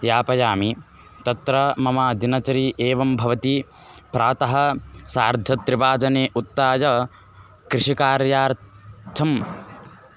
यापयामि तत्र मम दिनचरी एवं भवति प्रातः सार्धत्रिवादने उत्थाय कृषिकार्यार्थं